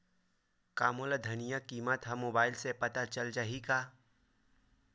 का मोला धनिया किमत ह मुबाइल से पता चल जाही का?